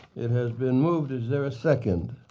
it has been moved. is there a second?